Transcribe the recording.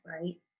right